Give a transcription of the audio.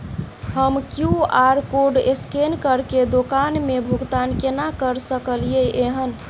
हम QR code scan करके दुकान मे भुगतान केना करऽ सकलिये एहन?